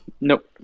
Nope